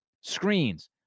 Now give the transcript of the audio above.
screens